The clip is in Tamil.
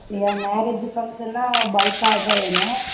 அப்படியா மேரேஜ்ஜி ஃபங்க்ஷன்னா பல்க் ஆர்ட்ராக வேணும்